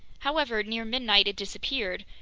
however, near midnight it disappeared,